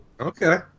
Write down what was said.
Okay